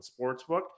sportsbook